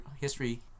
history